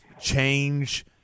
change